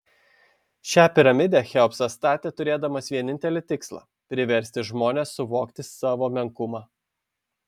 šią piramidę cheopsas statė turėdamas vienintelį tikslą priversti žmones suvokti savo menkumą